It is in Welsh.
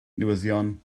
newyddion